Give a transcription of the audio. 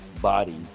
body